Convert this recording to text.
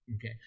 Okay